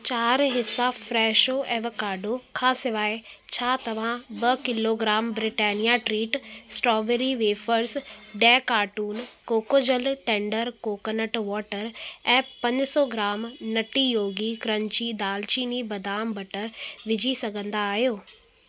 चारि हिस्सा Fresho avocado खां सिवाइ छा तव्हां ॿ kilogram Britannia treat strawberry wafers ॾह carton Cocojal tender coconut water ऐं पंज सौ ग्राम नटी योगी क्रंची दालचीनी बादाम बटर विझी सघंदा आहियो